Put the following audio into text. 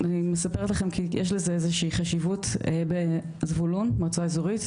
אני מספרת לכם כי יש לזה איזושהי חשיבות בזבולון מועצה אזורית,